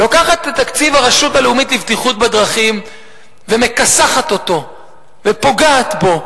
לוקחת את תקציב הרשות הלאומית לבטיחות בדרכים ומכסחת אותו ופוגעת בו,